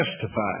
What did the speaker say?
testify